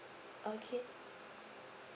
okay